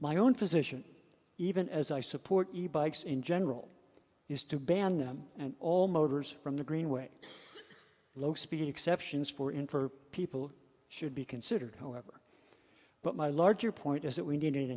my own position even as i support the bikes in general is to ban them and all motors from the greenway low speed exceptions for infer people should be considered however but my larger point is that we